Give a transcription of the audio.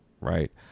right